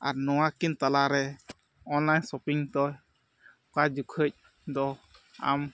ᱟᱨ ᱱᱚᱣᱟ ᱠᱤᱱ ᱛᱟᱞᱟ ᱨᱮ ᱚᱱᱞᱟᱭᱤᱱ ᱥᱚᱯᱤᱝ ᱫᱚ ᱚᱠᱟ ᱡᱩᱠᱷᱟᱹᱡ ᱫᱚ ᱟᱢ